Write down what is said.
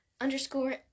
underscore